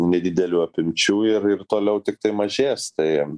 nedidelių apimčių ir ir toliau tiktai mažės tai